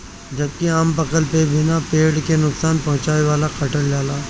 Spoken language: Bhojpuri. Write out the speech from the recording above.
जबकि आम पकला पे बिना पेड़ के नुकसान पहुंचवले काटल जाला